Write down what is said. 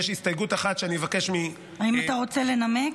יש הסתייגות אחת שאני אבקש האם אתה רוצה לנמק,